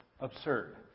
absurd